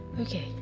okay